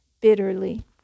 bitterly